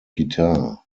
guitar